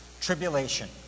tribulation